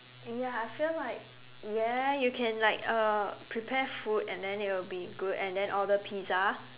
ya I feel like ya you can like uh prepare food and then it will be good and then order pizza